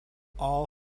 all